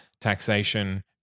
taxation